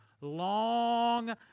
long